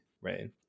right